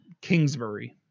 Kingsbury